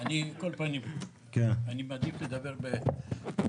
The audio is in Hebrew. אני על כל פנים, אני מעדיף לדבר בעמידה.